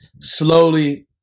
slowly